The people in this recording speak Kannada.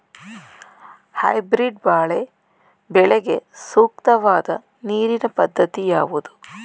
ಹೈಬ್ರೀಡ್ ಬಾಳೆ ಬೆಳೆಗೆ ಸೂಕ್ತವಾದ ನೀರಿನ ಪದ್ಧತಿ ಯಾವುದು?